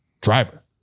driver